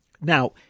Now